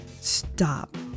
stop